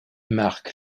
marque